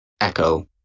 echo